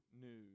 news